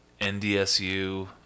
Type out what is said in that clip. NDSU